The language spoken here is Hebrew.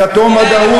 הכתום, מדינה יהודית.